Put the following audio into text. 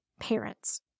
Parents